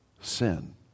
sin